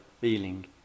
feeling